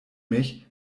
mich